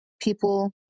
people